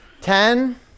Ten